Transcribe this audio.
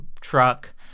truck